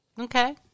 Okay